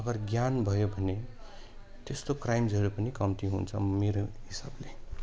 अगर ज्ञान भयो भने त्यस्तो क्राइम्सहरू पनि कम्ती हुन्छ मेरो हिसाबले